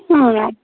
ಹಾಂ ಯಾಕೆ